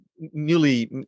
newly